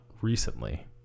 recently